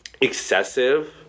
excessive